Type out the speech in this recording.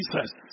Jesus